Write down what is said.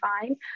fine